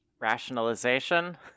Rationalization